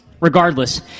Regardless